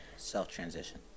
self-transition